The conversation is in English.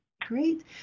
Great